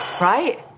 Right